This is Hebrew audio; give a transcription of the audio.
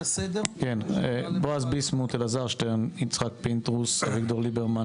כבוד היושב-ראש,